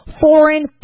Foreign